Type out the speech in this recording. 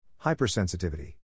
Hypersensitivity